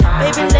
baby